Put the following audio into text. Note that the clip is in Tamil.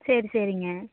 சரி சரிங்க